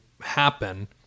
happen